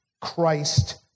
Christ